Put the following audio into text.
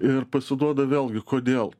ir pasiduoda vėlgi kodėl